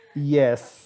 yes